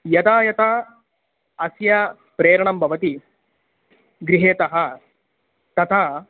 यदा यदा अस्य प्रेरणं भवति गृहतः तथा